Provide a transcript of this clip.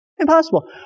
Impossible